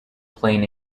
plain